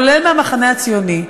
כולל מהמחנה הציוני,